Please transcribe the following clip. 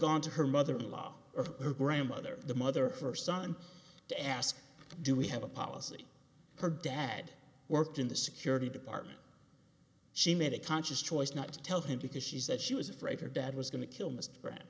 gone to her mother in law or her grandmother the mother first son to ask do we have a policy her dad worked in the security department she made a conscious choice not to tell him because she said she was afraid her dad was going to kill m